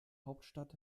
hauptstadt